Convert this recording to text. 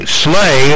slay